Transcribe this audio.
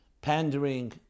pandering